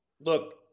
look